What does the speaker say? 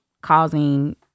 causing